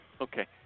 Okay